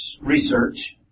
research